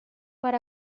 per